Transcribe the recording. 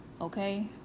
Okay